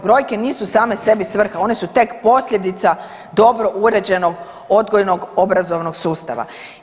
Brojke nisu same sebi svrha, one su tek posljedica dobro uređenog odgojnog obrazovnog sustava.